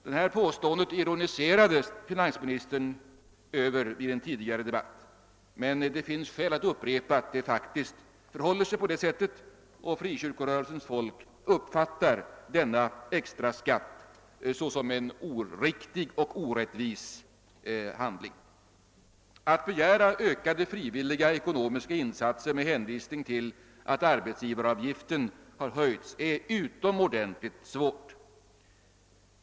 Det här påståendet ironiserade finansministern över i en tidigare debatt, men det finns skäl att upprepa att det faktiskt förhåller sig på det sättet och att frikyrkorörelsens folk uppfattar denna extra skatt såsom oriktig och orättvis. Att begära ökade frivilliga ekonomiska insatser med hänvisning till att arbetsgivaravgiften har höjts är utomordentligt svårt.